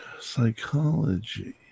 psychology